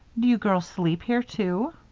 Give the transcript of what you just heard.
do you girls sleep here, too?